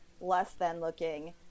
less-than-looking